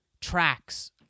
tracks